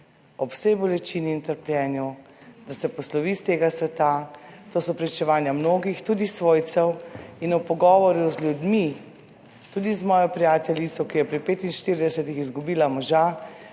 ob vsej bolečini in trpljenju, da se poslovi s tega sveta. To so pričevanja mnogih, tudi svojcev, in ob pogovoru z ljudmi, tudi z mojo prijateljico, ki je pri 45 izgubila moža,